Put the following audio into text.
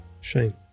Shame